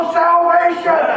salvation